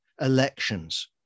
elections